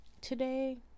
today